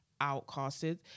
outcasted